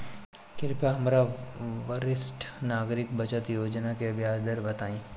कृपया हमरा वरिष्ठ नागरिक बचत योजना के ब्याज दर बताइं